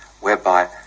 whereby